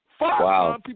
Wow